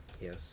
Yes